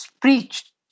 preached